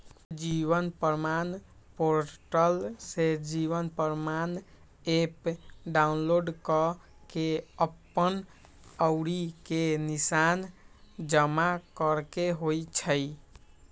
जीवन प्रमाण पोर्टल से Jeevan Pramaan app download कऽ के अप्पन अँउरी के निशान जमा करेके होइ छइ